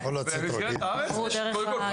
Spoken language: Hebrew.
קודם כול,